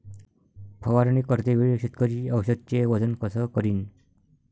फवारणी करते वेळी शेतकरी औषधचे वजन कस करीन?